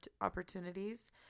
opportunities